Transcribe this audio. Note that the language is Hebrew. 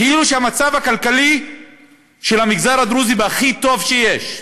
כאילו שהמצב הכלכלי של המגזר הדרוזי הוא הכי טוב שיש.